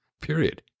period